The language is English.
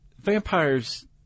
vampires